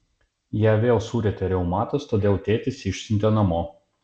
ją vėl surietė reumatas todėl tėtis išsiuntė namo